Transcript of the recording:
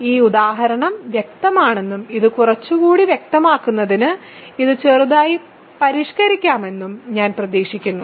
ഈ ഉദാഹരണം വ്യക്തമാണെന്നും ഇത് കുറച്ചുകൂടി വ്യക്തമാക്കുന്നതിന് ഇത് ചെറുതായി പരിഷ്ക്കരിക്കാമെന്നും ഞാൻ പ്രതീക്ഷിക്കുന്നു